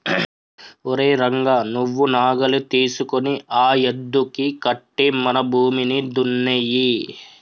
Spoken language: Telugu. ఓరై రంగ నువ్వు నాగలి తీసుకొని ఆ యద్దుకి కట్టి మన భూమిని దున్నేయి